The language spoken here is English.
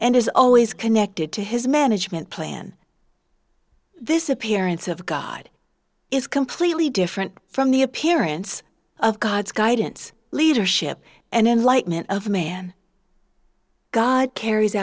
and is always connected to his management plan this appearance of god is completely different from the appearance of god's guidance leadership and enlightment of man god carries